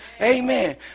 Amen